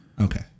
Okay